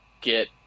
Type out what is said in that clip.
Get